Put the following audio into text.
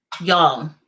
Y'all